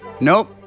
Nope